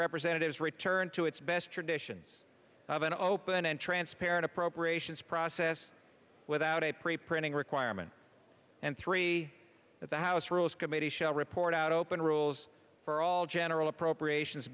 representatives return to its best traditions of an open and transparent appropriations process without a pre printing requirement and three that the house rules committee shall report out open rules for all general appropriations